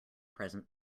present